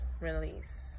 release